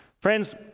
Friends